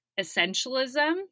Essentialism